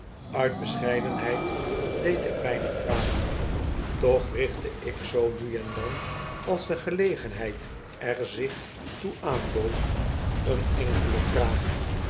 uit bescheidenheid deed ik weinig vragen toch richtte ik zoo nu en dan als de gelegenheid er zich toe aanbood eene enkele vraag